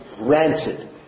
rancid